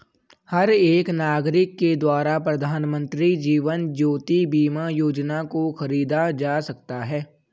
हर एक नागरिक के द्वारा प्रधानमन्त्री जीवन ज्योति बीमा योजना को खरीदा जा सकता है